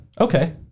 Okay